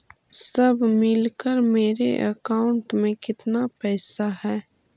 सब मिलकर मेरे अकाउंट में केतना पैसा है?